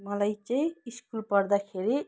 मलाई चाहिँ स्कुल पढ्दाखेरि